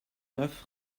neuf